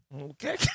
Okay